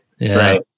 Right